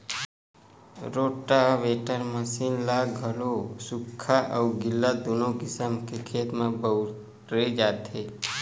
rotavator machine ल घलो सुख्खा अउ गिल्ला दूनो किसम के खेत म बउरे जाथे